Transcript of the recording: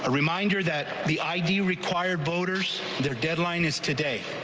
ah reminder that the id required boaters their deadline is today.